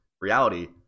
reality